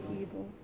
evil